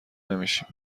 نمیشیم